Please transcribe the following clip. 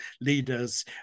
leaders